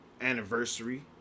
anniversary